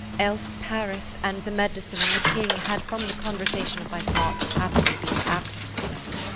else paris, and the medicine, and the king, had from the conversation of my thoughts haply been absent then.